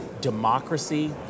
democracy